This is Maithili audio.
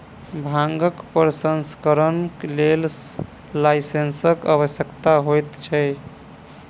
भांगक प्रसंस्करणक लेल लाइसेंसक आवश्यकता होइत छै